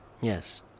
yes